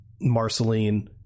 Marceline